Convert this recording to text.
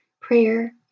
prayer